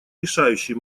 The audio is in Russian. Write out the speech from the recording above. решающий